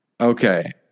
Okay